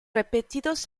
repetidos